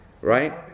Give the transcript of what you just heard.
right